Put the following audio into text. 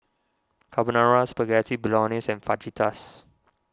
Carbonara Spaghetti Bolognese and Fajitas